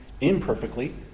imperfectly